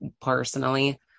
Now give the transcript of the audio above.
personally